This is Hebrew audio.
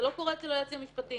זה לא קורה אצל היועצים המשפטיים.